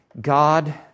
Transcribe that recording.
God